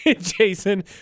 Jason